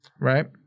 right